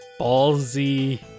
ballsy